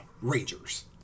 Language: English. rangers